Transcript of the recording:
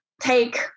take